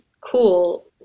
cool